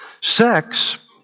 sex